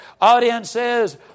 audiences